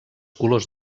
colors